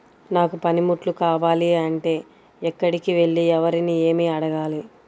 నాకు పనిముట్లు కావాలి అంటే ఎక్కడికి వెళ్లి ఎవరిని ఏమి అడగాలి?